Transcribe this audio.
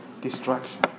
destruction